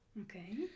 Okay